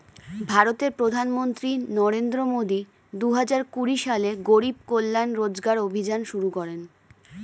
ভারতের প্রধানমন্ত্রী নরেন্দ্র মোদি দুহাজার কুড়ি সালে গরিব কল্যাণ রোজগার অভিযান শুরু করেন